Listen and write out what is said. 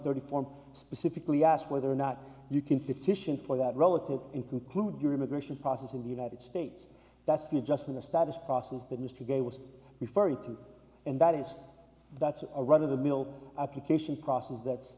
thirty form specifically asked whether or not you can petition for that relative in conclude your immigration process in the united states that's the adjustment of status process that mr gay was referring to and that is that's a run of the mill application process that